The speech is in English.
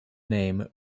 name